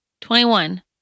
Twenty-one